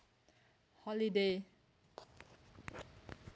holiday